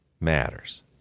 matters